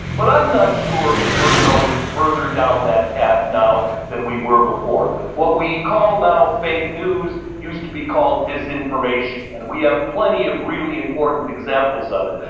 but i'm not sure if we're going further down that path now than we were before. what we call now fake news used to be called disinformation, and we have plenty of really important examples of it.